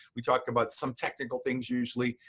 we talk about some technical things usually.